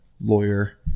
lawyer